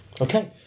Okay